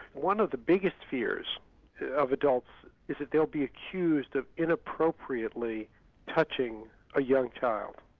one of the biggest fears of adults is that they'll be accused of inappropriately touching a young child.